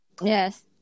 yes